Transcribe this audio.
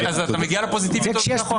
אתה מגיע לפוזיטיבית כך או אחרת.